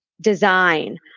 design